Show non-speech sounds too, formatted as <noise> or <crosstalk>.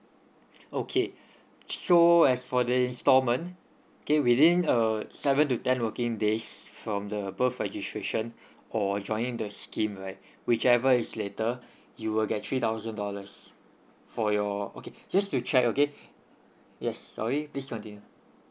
<breath> okay so as for the installment okay within uh seven to ten working days from the birth registration or joining the scheme right whichever is later you will get three thousand dollars for your okay just to check okay yes sorry please continue